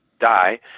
die